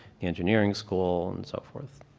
the engineering school, and so forth.